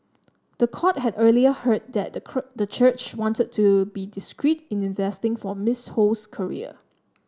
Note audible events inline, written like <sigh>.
the court had earlier heard that the <unintelligible> church wanted to be discreet in investing for Miss Ho's career